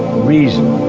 reason,